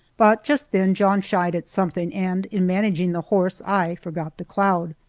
but just then john shied at something, and in managing the horse i forgot the cloud.